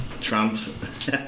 Trump's